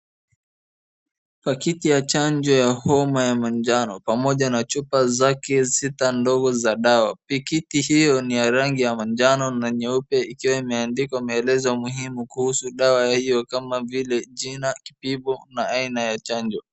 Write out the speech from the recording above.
Pakiti ya chanjo ya homa ya majano pamoja na chupa zake sita ndogo za dawa. Pikiti hiyo ni ya rangi ya majano na nyeupe ikiwa imeandikwa maelezo muhimu kuhusu dawa hiyo kama vile jina, kipimo na aina ya chanjo.